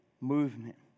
movement